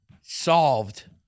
Solved